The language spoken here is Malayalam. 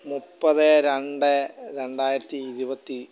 മുപ്പത് രണ്ട് രണ്ടായിരത്തി ഇരുപത്തി